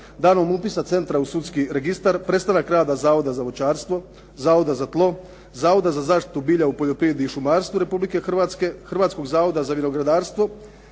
danom upisa centra u sudski registar, prestanak rada Zavoda za voćarstvo, Zavoda za tlo, Zavoda za zaštitu bilja u poljoprivredi i šumarstvu Republike Hrvatske, Hrvatskog zavoda za vinogradarstvo